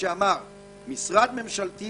משרד ממשלתי